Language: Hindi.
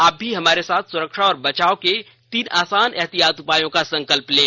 आप भी हमारे साथ सुरक्षा और बचाव के तीन आसान एहतियाती उपायों का संकल्प लें